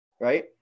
Right